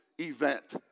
event